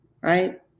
right